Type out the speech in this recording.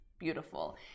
Beautiful